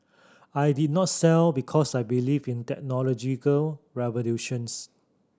I did not sell because I believe in technological revolutions